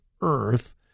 Earth